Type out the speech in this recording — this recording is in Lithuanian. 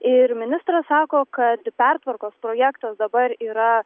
ir ministras sako kad pertvarkos projektas dabar yra